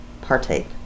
partake